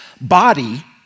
body